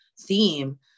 theme